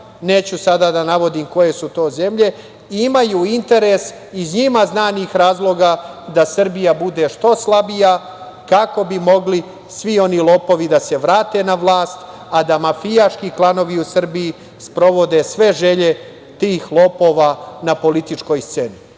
neću sada da navodim koje su to zemlje, imaju interes iz njima znanih razloga da Srbija bude što slabija, kako bi mogli svi oni lopovi da se vrate na vlast a da mafijaški klanovi u Srbiji sprovode sve želje tih lopova na političkoj sceni. Na